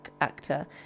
actor